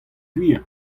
gwir